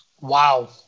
Wow